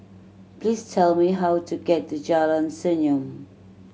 please tell me how to get to Jalan Senyum